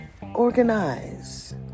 organize